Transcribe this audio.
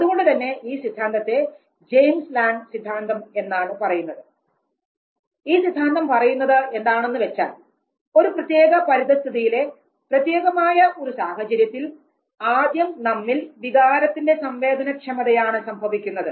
അതുകൊണ്ടുതന്നെ ഈ സിദ്ധാന്തത്തെ ജെയിംസ് ലാംങ് സിദ്ധാന്തം എന്നാണ് പറയുന്നത് ഈ സിദ്ധാന്തം പറയുന്നത് എന്താണെന്ന് വെച്ചാൽ ഒരു പ്രത്യേക പരിതസ്ഥിതിയിലെ പ്രത്യേകമായ ഒരു സാഹചര്യത്തിൽ ആദ്യം നമ്മിൽ വികാരത്തിൻറെ സംവേദനക്ഷമതയാണ് സംഭവിക്കുന്നത്